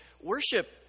Worship